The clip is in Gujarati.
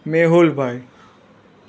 મેહુલભાઈ